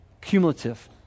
cumulative